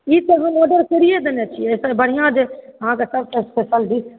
ई तऽ हम ऑडर करिए देने छिए एहिसँ बढ़िआँ जे अहाँके सभसँ स्पेशल डिश